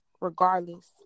regardless